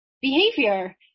behavior